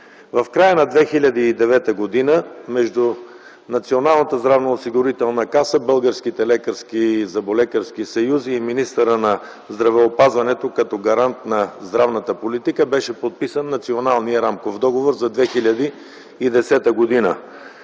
В края на 2009 г. между Националната здравноосигурителна каса, българските лекарски и зъболекарски съюзи и министъра на здравеопазването, като гарант на здравната политика, беше подписан Националният рамков договор за 2010 г.